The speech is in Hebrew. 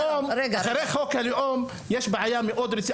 אחרי חוק הלאום יש בעיה מאוד רצינית.